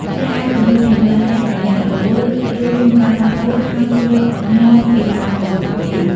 អ្នកអាចពន្យល់ពីមូលហេតុដែលអ្នករវល់ ឬមានការផ្លាស់ប្តូរ ហើយសួរនាំពីអារម្មណ៍របស់ពួកគេ។